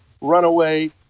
runaway